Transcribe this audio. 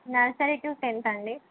nursery to tenth అండి